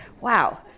Wow